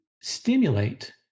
stimulate